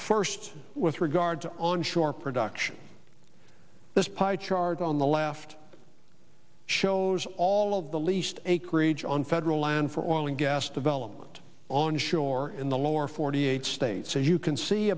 first with regard to on shore production this pie chart on the left shows all of the least acreage on federal land for oil and gas development on shore in the lower forty eight states as you can see